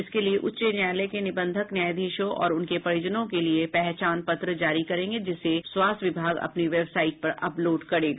इसके लिए उच्च न्यायालय के निबंधक न्यायाधीशों और उनके परिजनों के लिए पहचान पत्र जारी करेंगे जिसे स्वास्थ्य विभाग अपनी वेबसाईट पर अपलोड करेगा